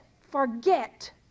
forget